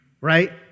right